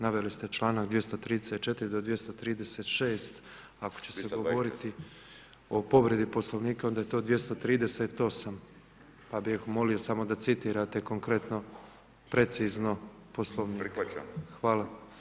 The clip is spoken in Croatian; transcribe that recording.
Naveli ste članak 234. do 236., ako će se govoriti o povredi Poslovnika, onda je to 238. pa bih molio samo da citirate konkretno, precizno Poslovnik [[Upadica Bulj: Prihvaćam.]] Hvala.